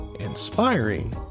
inspiring